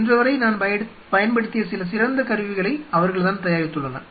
இன்றுவரை நான் பயன்படுத்திய சில சிறந்த கருவிகளை அவர்கள்தான் தயாரித்துள்ளனர்